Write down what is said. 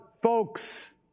folks